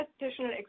additional